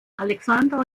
alexander